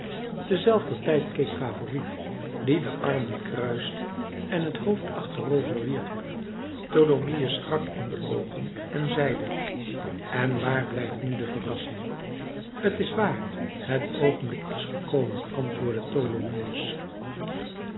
te zelfder tijd keek favourite die de armen kruiste en het hoofd achterover wierp tholomyès strak in de oogen en zeide en waar blijft nu de verrassing t is waar het oogenblik is gekomen antwoordde